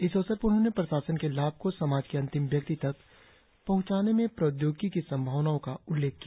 इस अवसर पर उन्होंने प्रशासन के लाभ को समाज के अंतिम व्यक्ति तक पहुंचाने में प्रौद्योगिकी की संभावनाओं का उल्लेख किया